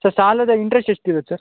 sir ಸಾಲದ interest ಎಷ್ಟು ಇರತ್ತೆ ಸರ್